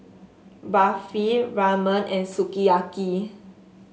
Barfi Ramen and Sukiyaki